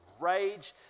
rage